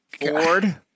Ford